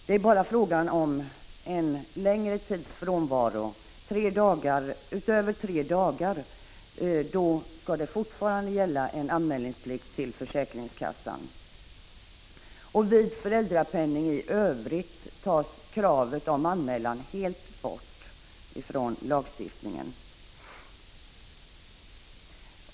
Vid en längre tids frånvaro, mer än tre dagar, skall fortfarande anmälningsplikt till försäkringskassan gälla. Vid föräldrapenning i övrigt tas kravet på anmälan bort helt från lagstiftningen.